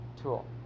tool